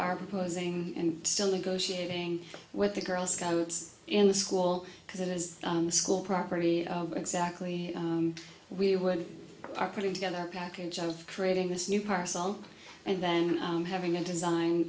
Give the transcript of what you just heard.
are proposing and still negotiating with the girl scouts in the school because it is the school property exactly we were and are putting together a package of creating this new parcel and then having a design